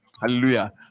Hallelujah